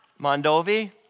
Mondovi